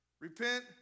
repent